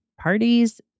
parties